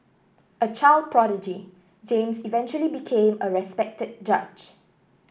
a child prodigy James eventually became a respected judge